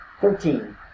Thirteen